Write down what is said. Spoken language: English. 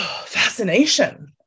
fascination